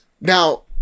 now